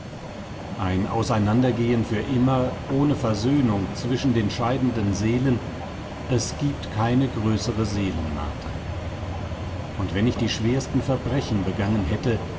ein auseinandergehen für immer ohne versöhnung zwischen den scheidenden seelen es gibt keine größere seelenmarter und wenn ich die schwersten verbrechen begangen hätte